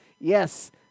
yes